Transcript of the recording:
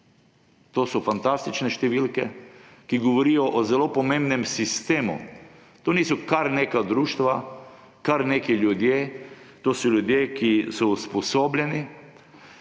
To so fantastične številke, ki govorijo o zelo pomembnem sistemu. To niso kar neka društva, kar neki ljudje, to so ljudje, ki so usposobljeni,